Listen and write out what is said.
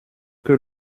que